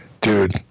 Dude